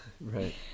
Right